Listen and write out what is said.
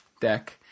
deck